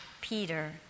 Peter